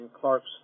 Clarks